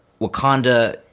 Wakanda